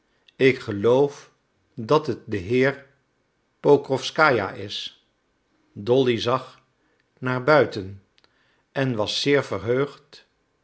ik geloof dat het de heer van pokrowskaja is dolly zag naar buiten en was zeer verheugd